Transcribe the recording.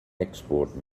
export